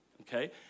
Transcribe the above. Okay